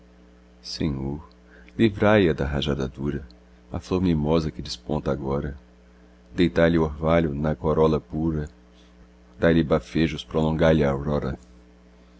senhor livrai a da rajada dura a flor mimosa que desponta agora deitai lhe orvalho na corola pura dai lhe bafejos prolongai lhe a aurora